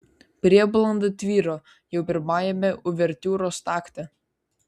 prieblanda tvyro jau pirmajame uvertiūros takte